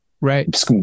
right